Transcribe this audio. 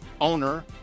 owner